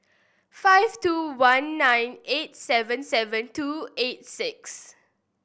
five two one nine eight seven seven two eight six